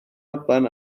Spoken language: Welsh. alban